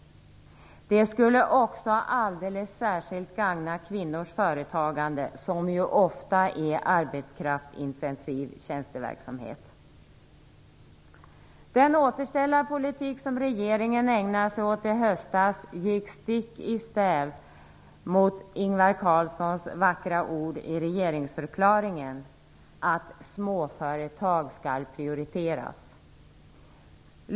Det skulle också alldeles särskilt gagna kvinnors företagande, som ju ofta är arbetskraftsintensiv tjänsteverksamhet. Den återställarpolitik som regeringen ägnade sig åt i höstas gick stick i stäv mot Ingvar Carlssons vackra ord i regeringsförklaringen, att småföretag skall prioriteras.